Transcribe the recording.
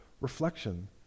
reflection